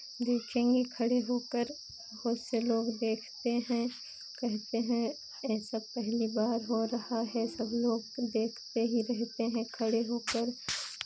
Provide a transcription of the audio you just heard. देखेंगे खड़े होकर बहुत से लोग देखते हैं कहते हैं ऐसा पहली बार हो रहा है सब लोग देखते ही रहते हैं खड़े होकर